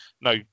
no